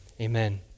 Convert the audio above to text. amen